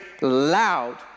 loud